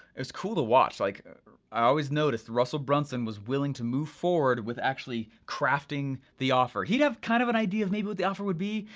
it's cool to watch. like i always noticed russell brunson was willing to move forward with actually crafting the offer, he'd have kind of an idea of maybe the offer would be,